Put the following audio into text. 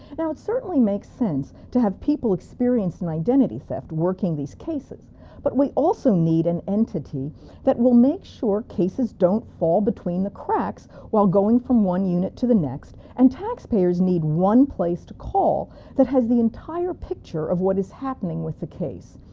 now it certainly makes sense to have people experienced in identity theft working these cases but we also need an entity to make sure cases don't fall between the cracks while going from one unit to the next and taxpayers need one place to call that has the entire picture of what is happening with the case.